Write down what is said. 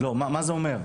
מה זה אומר?